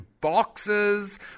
boxes